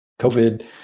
COVID